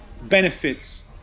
benefits